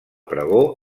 pregó